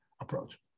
approach